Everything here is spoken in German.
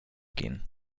gehen